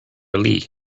ali